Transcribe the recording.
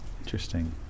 Interesting